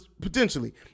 potentially